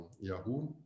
Yahoo